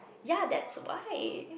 ya that's why